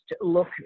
look